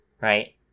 right